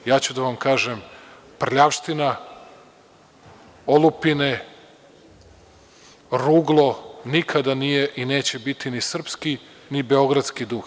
Ja ću da vam kažem prljavština, olupine, ruglo, nikada nije i neće biti ni srpski ni beogradski duh.